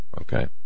Okay